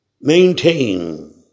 maintain